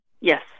Yes